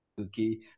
Okay